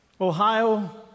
Ohio